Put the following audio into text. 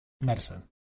medicine